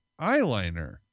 eyeliner